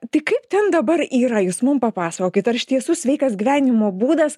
tai kaip ten dabar yra jūs mum papasakokit ar iš tiesų sveikas gyvenimo būdas